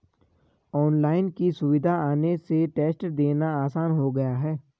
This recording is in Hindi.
ऑनलाइन की सुविधा आने से टेस्ट देना आसान हो गया है